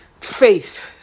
faith